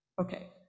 Okay